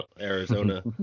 Arizona